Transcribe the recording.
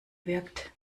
wirkt